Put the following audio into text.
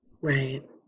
Right